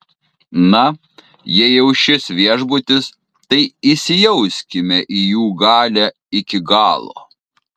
na jei jau šis viešbutis tai įsijauskime į jų galią iki galo